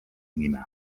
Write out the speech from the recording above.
nime